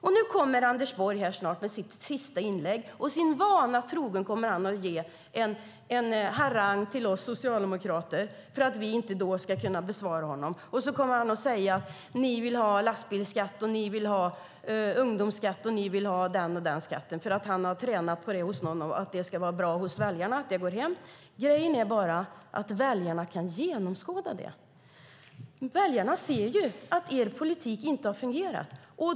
Snart kommer Anders Borg i sitt sista inlägg och sin vana trogen att i en harang till oss socialdemokrater, som vi inte ska kunna bemöta, säga: Ni vill ha lastbilsskatt, ni vill ha ungdomsskatt och ni vill ha den och den skatten, för han har tränat på det hos någon och det ska vara bra och gå hem hos väljarna. Grejen är bara att väljarna kan genomskåda det. Väljarna ser ju att er politik inte har fungerat.